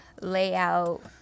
layout